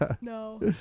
no